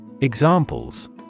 Examples